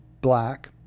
black